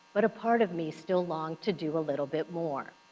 but a part of me still longed to do a little bit more.